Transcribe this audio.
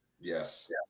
Yes